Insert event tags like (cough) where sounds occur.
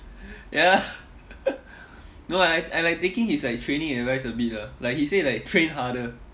ya (laughs) no ah I I like taking his like training advice a bit lah like he say like train harder